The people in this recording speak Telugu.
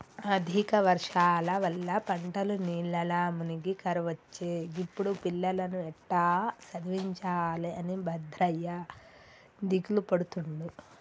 అధిక వర్షాల వల్ల పంటలు నీళ్లల్ల మునిగి కరువొచ్చే గిప్పుడు పిల్లలను ఎట్టా చదివించాలె అని భద్రయ్య దిగులుపడుతుండు